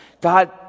God